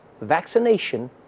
Vaccination